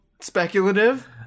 speculative